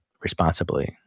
responsibly